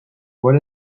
what